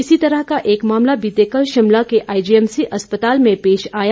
इसी तरह का एक मामला बीते कल शिमला के आईजीएमसी अस्पताल में पेश आया